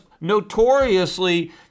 notoriously